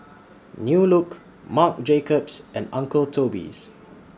New Look Marc Jacobs and Uncle Toby's